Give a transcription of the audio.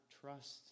trust